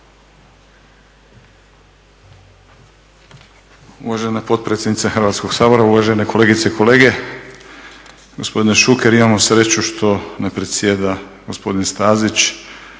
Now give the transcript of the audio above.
Uvažena potpredsjednice Hrvatskog sabora, uvažene kolegice i kolege. Gospodine Šuker imamo sreću što ne predsjeda gospodin Stazić,